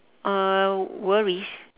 uh worries